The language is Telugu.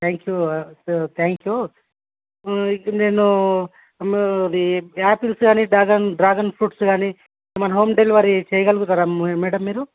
థ్యాంక్ యూ థ్యాంక్ యూ ఇక్కడ నేను మా అది యాపిల్స్ కానీ డ్రాగన్ డ్రాగన్ ఫ్రూట్స్ కానీ మన హోమ్ డెలివరీ చేయగలుగుతారా మేడం మీరు